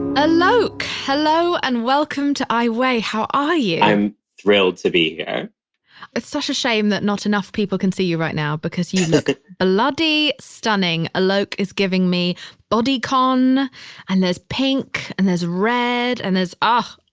alok. hello and welcome to i weigh, how are you? i'm thrilled to be here it's such a shame that not enough people can see you right now because you look bloody stunning. alok is giving me body con and there's pink and there's red and there's ah,